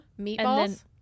Meatballs